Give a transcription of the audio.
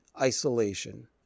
isolation